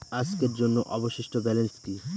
আজকের জন্য অবশিষ্ট ব্যালেন্স কি?